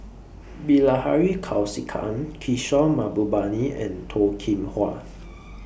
Bilahari Kausikan Kishore Mahbubani and Toh Kim Hwa